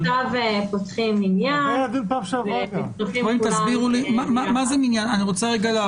התקהלות זה דוגמה עכשיו פותחים מניין ומצטופפים כולם ביחד.